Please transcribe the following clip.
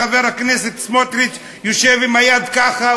חבר הכנסת סמוטריץ יושב עם היד ככה,